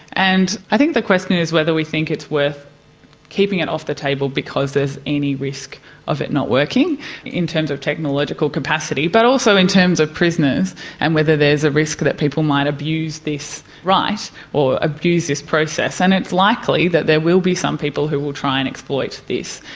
and i think the question is whether we think it's worth keeping it off the table because there is any risk of it not working in terms of technological capacity, but also in terms of prisoners and whether there is a risk that people might abuse this right or abuse this process. and it's likely that there will be some people who will try and exploit this,